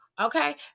Okay